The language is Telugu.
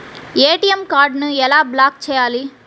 ఏ.టీ.ఎం కార్డుని ఎలా బ్లాక్ చేయాలి?